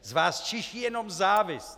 Z vás čiší jenom závist!